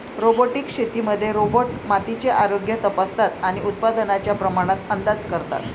robotic शेतीमध्ये robot मातीचे आरोग्य तपासतात आणि उत्पादनाच्या प्रमाणात अंदाज करतात